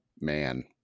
man